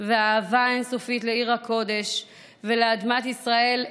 והאהבה האין-סופית לעיר הקודש ולאדמת ישראל,